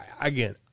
again